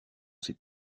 sait